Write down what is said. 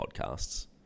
podcasts